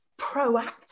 proactive